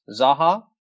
Zaha